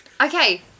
Okay